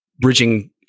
bridging